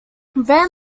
van